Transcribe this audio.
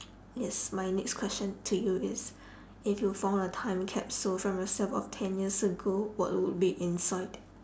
yes my next question to you is if you found a time capsule from yourself of ten years ago what would be inside